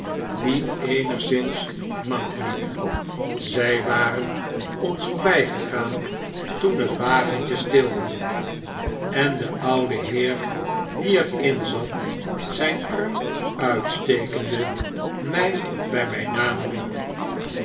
die eenigszins mank liep zij waren ons voorby gegaan toen het wagentje stilhield en de oude heer die er in zat zyn arm uitstekende my by myn naam riep